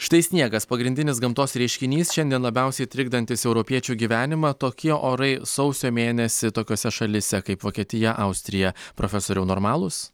štai sniegas pagrindinis gamtos reiškinys šiandien labiausiai trikdantis europiečių gyvenimą tokie orai sausio mėnesį tokiose šalyse kaip vokietija austrija profesoriau normalūs